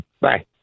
Bye